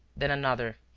then another,